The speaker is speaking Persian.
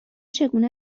چگونه